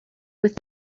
with